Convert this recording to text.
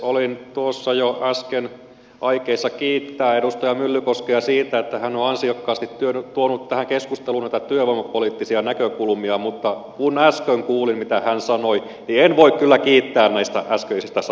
olin tuossa jo äsken aikeissa kiittää edustaja myllykoskea siitä että hän on ansiokkaasti tuonut tähän keskusteluun näitä työvoimapoliittisia näkökulmia mutta kun äsken kuulin mitä hän sanoi niin en voi kyllä kiittää näistä äskeisistä sanoista